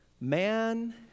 Man